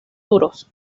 duros